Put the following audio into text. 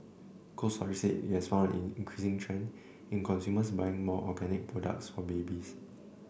Cold Storage said it has found an increasing trend in consumers buying more organic products for babies